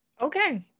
Okay